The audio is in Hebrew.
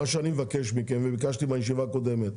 מה שאני מבקש מכם, וביקשתי בישיבה הקודמת.